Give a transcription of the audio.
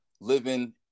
living